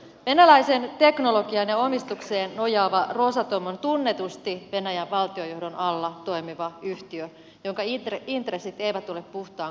venäläiseen teknologiaan ja omistukseen nojaava rosatom on tunnetusti venäjän valtionjohdon alla toimiva yhtiö jonka intressit eivät ole puhtaan kaupallisia